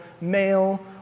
male